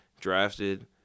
drafted